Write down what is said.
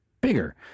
bigger